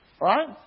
Right